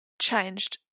changed